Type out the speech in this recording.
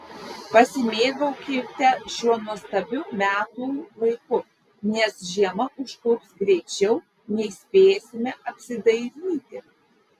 pasimėgaukite šiuo nuostabiu metų laiku nes žiema užklups greičiau nei spėsime apsidairyti